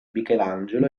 michelangelo